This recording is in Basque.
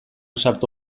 sartu